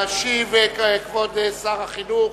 ישיב כבוד שר החינוך,